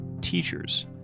teachers